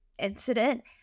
incident